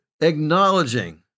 acknowledging